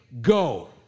go